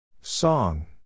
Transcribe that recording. Song